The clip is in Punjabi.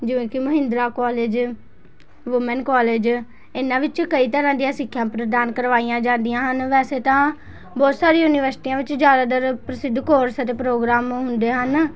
ਜਿਵੇਂ ਕਿ ਮਹਿੰਦਰਾ ਕੋਲੇਜ ਵੂਮਨ ਕੋਲੇਜ ਇਹਨਾਂ ਵਿੱਚ ਕਈ ਤਰ੍ਹਾਂ ਦੀਆਂ ਸਿੱਖਿਆ ਪ੍ਰਦਾਨ ਕਰਵਾਈਆਂ ਜਾਂਦੀਆਂ ਹਨ ਵੈਸੇ ਤਾਂ ਬਹੁਤ ਸਾਰੀਆਂ ਯੂਨੀਵਰਸਿਟੀਆਂ ਵਿੱਚ ਜ਼ਿਆਦਾਤਰ ਪ੍ਰਸਿੱਧ ਕੋਰਸ ਅਤੇ ਪ੍ਰੋਗਰਾਮ ਹੁੰਦੇ ਹਨ